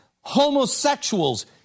homosexuals